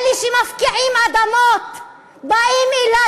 אלה שמפקיעים אדמות באים אלי,